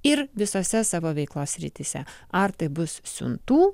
ir visose savo veiklos srityse ar tai bus siuntų